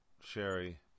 Sherry